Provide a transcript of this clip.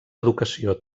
educació